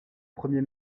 premier